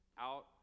out